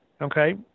okay